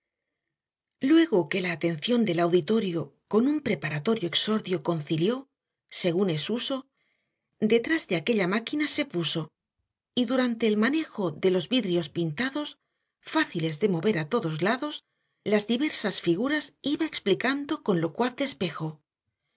luego que la atención del auditorio con un preparatorio exordio concilió según es uso detrás de aquella máquina se puso y durante el manejo de los vidrios pintados fáciles de mover a todos lados las diversas figuras iba explicando con locuaz despejo